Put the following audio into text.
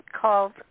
called